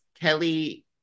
kelly